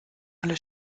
alle